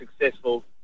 successful